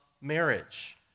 marriage